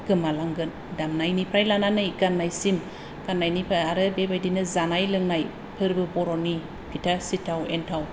गोमालांगोन दामनायनिफ्राय लानानै गाननायसिम गाननानिफ्राय आरो बेबायदिनो जानाय लोंनाय फोरबो बर'नि फिथा सिथाव एनथाव